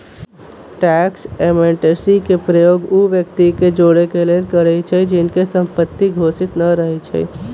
tax amnesty के प्रयोग उ व्यक्ति के जोरेके लेल करइछि जिनकर संपत्ति घोषित न रहै छइ